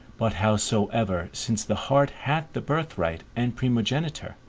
but howsoever, since the heart hath the birthright and primogeniture,